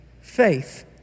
faith